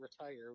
retire